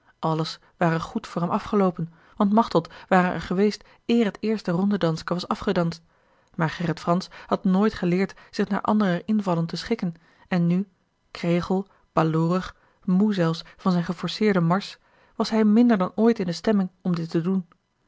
alles ware goed voor hem afgeloopen want machteld ware er geweest eer het eerste rondedanske was afgedanst maar gerrit fransz had nooit geleerd zich naar anderer invallen te schikken en nu kregel baloorig moê zelfs van zijn geforceerden marsch was hij minder dan ooit in de stemming om dit te doen